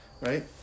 Right